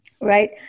Right